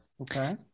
Okay